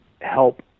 help